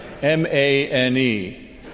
M-A-N-E